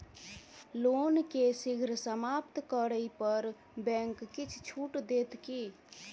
loan केँ शीघ्र समाप्त करै पर बैंक किछ छुट देत की